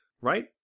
Right